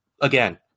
again